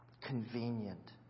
convenient